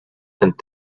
and